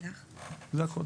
זה הכל.